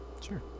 Sure